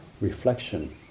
reflection